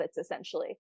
essentially